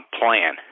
plan